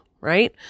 right